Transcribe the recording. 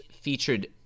featured